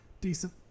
decent